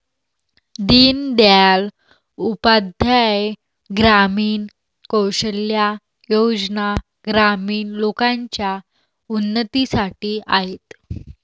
दीन दयाल उपाध्याय ग्रामीण कौशल्या योजना ग्रामीण लोकांच्या उन्नतीसाठी आहेत